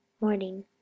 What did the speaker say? morning